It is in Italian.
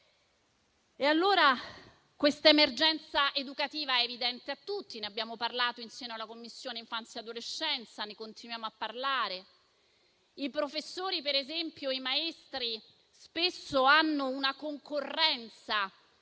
educare. Questa emergenza educativa è evidente a tutti, ne abbiamo parlato in seno alla Commissione parlamentare per l'infanzia e l'adolescenza e ne continuiamo a parlare. I professori, per esempio, e i maestri spesso hanno una concorrenza